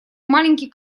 маленький